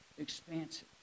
expansive